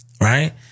right